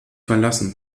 verlassen